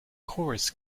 chorus